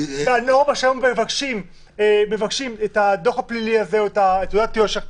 הנורמה שיש היום לבקש את תעודת היושר הזאת,